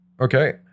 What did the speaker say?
okay